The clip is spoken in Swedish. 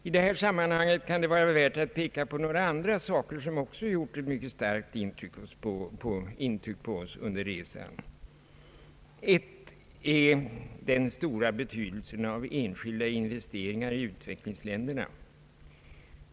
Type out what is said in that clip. I detta sammanhang kan det vara värt att peka på några andra saker som också gjort ett mycket starkt intryck på oss under resan. En dylik är den stora betydelsen av enskilda investeringar i utvecklingsländerna.